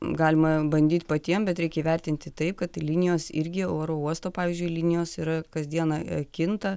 galima bandyt patiem bet reik įvertinti taip kad ir linijos irgi oro uosto pavyzdžiui linijos yra kasdieną kinta